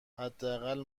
حداقل